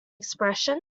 expression